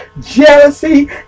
jealousy